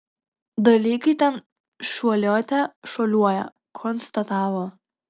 dalykai ten šuoliuote šuoliuoja konstatavo